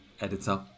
editor